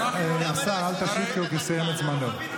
השר, אל תשיב, כי הוא סיים את זמנו.